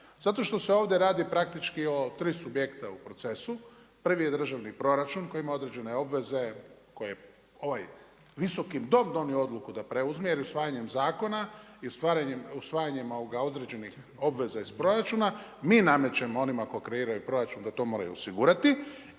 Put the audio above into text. Zato što se ovdje radi praktički o 3 subjekta u procesu. Prvi je državni proračun koji ima određene obveze, koji je ovaj visoki Dom donio odluku da preuzme i usvajanjem zakona i usvajanjem određenih obveza iz proračuna, mi namećemo onima tko kreira proračun da to moraju osigurati.